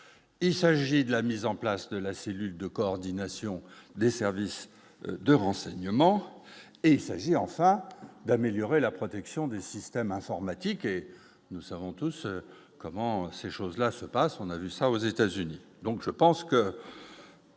il s'agit de la mise en place de la cellule de coordination des services de renseignements et il s'agit en fait d'améliorer la protection des systèmes informatiques et nous savons tous comment ces choses-là se passent, on a vu ça aux États-Unis,